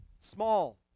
small